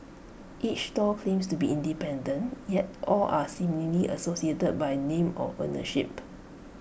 each stall claims to be independent yet all are seemingly associated by name or ownership